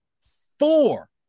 four